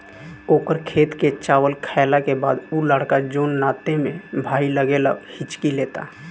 ओकर खेत के चावल खैला के बाद उ लड़का जोन नाते में भाई लागेला हिच्की लेता